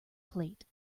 plate